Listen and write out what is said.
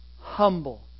humble